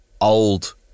old